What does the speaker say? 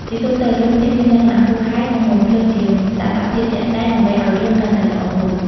ជាទូទៅ រឿងភាគមានលក្ខណៈហួសហេតុនិងបំផ្លើសជាងតថភាពជាក់ស្តែងដើម្បីឲ្យរឿងកាន់តែល្អមើល។